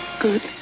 good